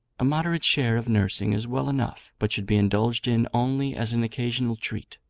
a moderate share of nursing is well enough, but should be indulged in only as an occasional treat.